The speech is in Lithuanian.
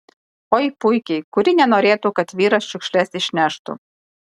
oi puikiai kuri nenorėtų kad vyras šiukšles išneštų